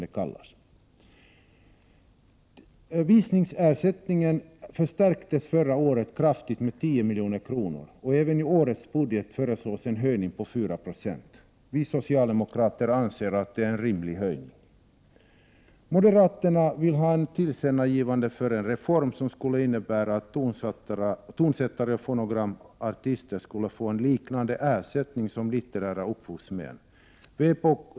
Ersättningen förstärktes förra året kraftigt med 10 milj.kr. Även i årets budget föreslås en höjning med 4 96. Vi socialdemokrater anser att det är en rimlig höjning. Moderaterna vill ha ett tillkännagivande för en reform, som skulle innebära att tonsättare och fonogramartister skulle få en ersättning liknande den som litterära upphovsmän får.